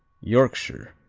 yorkshire.